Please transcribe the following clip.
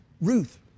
Ruth